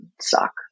suck